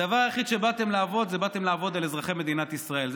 הדבר היחיד שבאתם לעבוד זה באתם לעבוד על אזרחי מדינת ישראל.